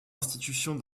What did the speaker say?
institutions